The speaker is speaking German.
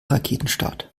raketenstart